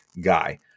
guy